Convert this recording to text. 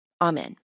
Amen